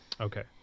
Okay